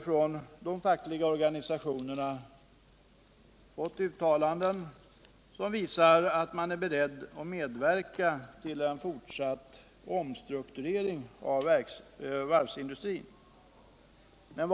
Från de fackliga organisationerna har vi fått uttalanden som visar att de är beredda att medverka till en fortsatt omstrukturering av varvsindustrin.